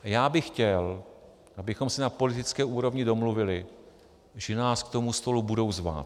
A já bych chtěl, abychom se na politické úrovni domluvili, že nás k tomu stolu budou zvát.